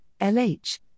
LH